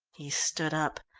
he stood up,